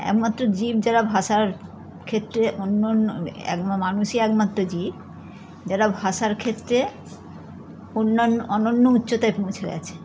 একমাত্র জীব যারা ভাষার ক্ষেত্রে অন্য অন্য এক মানুষই একমাত্র জীব যারা ভাষার ক্ষেত্রে অন্যান্য অনন্য উচ্চতায় পৌঁছে গেছে